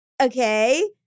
okay